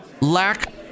lack